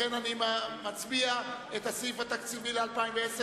לכן אני מצביע על הסעיף התקציבי ל-2010,